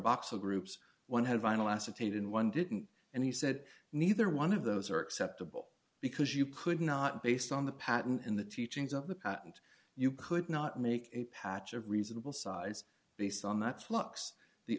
box a group's one hundred vinyl acetate and one didn't and he said neither one of those are acceptable because you could not based on the patent in the teachings of the patent you could not make a patch of reasonable size based on that